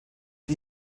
die